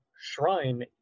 shrine